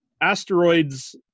Asteroids